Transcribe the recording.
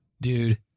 Dude